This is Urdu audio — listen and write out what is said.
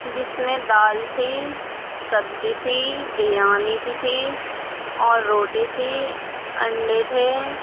جس میں دال تھی سبزی تھی بریانی بھی تھی اور روٹی تھی انڈے تھے